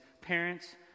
parents